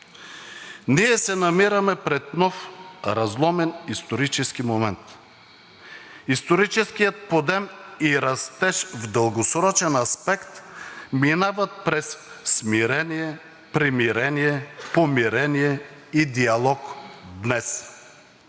Ние се намираме пред нов разломен исторически момент. Историческият подем и растеж в дългосрочен аспект минават през смирение, примирение, помирение и диалог днес.